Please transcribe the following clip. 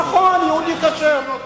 נכון, יהודי כשר.